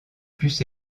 puces